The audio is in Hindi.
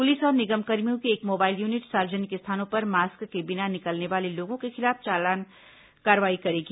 पुलिस और निगमकर्मियों की एक मोबाइल यूनिट सार्वजनिक स्थानों पर मास्क के बिना निकलने वाले लोगों के खिलाफ चालानी कार्रवाई करेगी